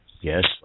Yes